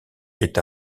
est